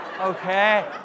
okay